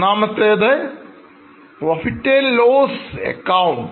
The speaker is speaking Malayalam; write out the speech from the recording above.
ഒന്നാമത്തേത് പ്രോഫിറ്റ് ആൻഡ് ലോസ് അക്കൌണ്ട്